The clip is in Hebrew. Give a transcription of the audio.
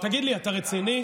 תגיד לי, אתה רציני?